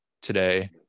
today